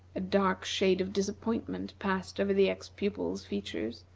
a dark shade of disappointment passed over the ex-pupil's features,